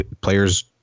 players